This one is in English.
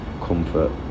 comfort